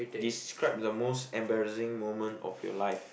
describe the most embarrassing moment of your life